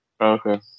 Okay